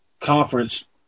conference